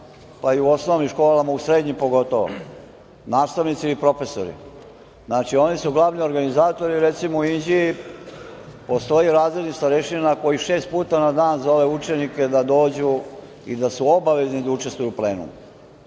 pa i u osnovnim školama i srednjim školama, pogotovo, nastavnici i profesori, znači oni su glavni organizatori. Recimo u Inđiji postoji razredni starešina koji šest puta na dan zove učenike da dođu i da su obavezni da učestvuju u Plenumu. Dakle,